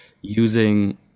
using